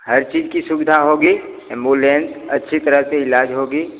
हर चीज़ की सुविधा होगी एम्बुलेन्स अच्छी तरह से इलाज़ होगा